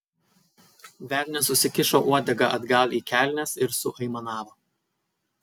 velnias susikišo uodegą atgal į kelnes ir suaimanavo